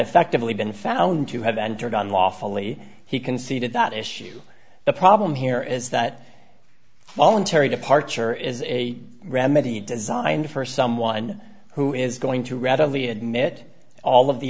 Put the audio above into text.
effectively been found to have entered on lawfully he conceded that issue the problem here is that voluntary departure is a remedy designed for someone who is going to readily admit all of the